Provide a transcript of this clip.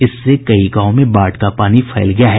इससे कई गांवों में बाढ़ का पानी फैल गया है